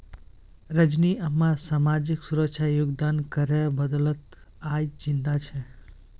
रजनी अम्मा सामाजिक सुरक्षा योगदान करेर बदौलत आइज जिंदा छ